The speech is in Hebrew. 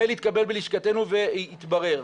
המייל התקבל בלשכתנו ויתברר.